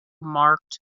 marked